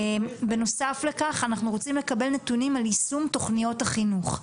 בנוסף לכך אנחנו רוצים לקבל נתונים על יישום תכניות החינוך.